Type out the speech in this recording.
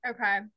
Okay